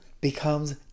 becomes